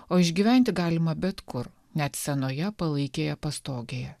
o išgyventi galima bet kur net senoje palaikėje pastogėje